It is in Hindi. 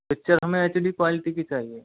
पिक्चर हमें एचडी क्वालिटी की चाहिए